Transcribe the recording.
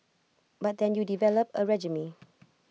but then you develop A regime